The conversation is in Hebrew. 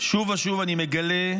שוב ושוב אני מגלה,